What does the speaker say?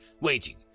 waiting